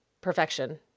perfection